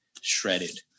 shredded